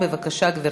בבקשה, גברתי.